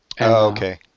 Okay